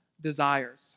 desires